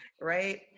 right